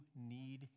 need